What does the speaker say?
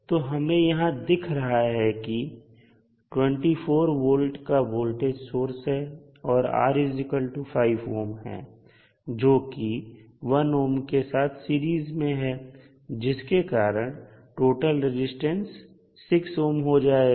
तो हमें यहां दिख रहा है कि 24V का वोल्टेज सोर्स है और R5 ohm है जो कि 1 ohm के साथ सीरीज में है जिसके कारण टोटल रेजिस्टेंस 6 ohm हो जाएगा